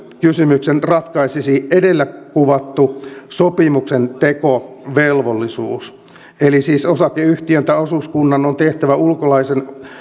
kysymyksen ratkaisisi edellä kuvattu sopimuksentekovelvollisuus eli siis osakeyhtiön tai osuuskunnan on tehtävä ulkolaisen